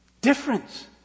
difference